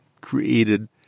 created